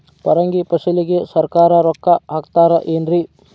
ಪರಂಗಿ ಫಸಲಿಗೆ ಸರಕಾರ ರೊಕ್ಕ ಹಾಕತಾರ ಏನ್ರಿ?